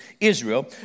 Israel